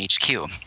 HQ